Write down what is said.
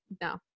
no